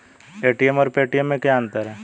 ATM और Paytm में क्या अंतर है?